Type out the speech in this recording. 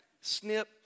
snip